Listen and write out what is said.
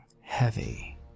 heavy